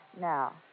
Now